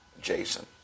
Jason